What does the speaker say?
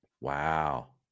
wow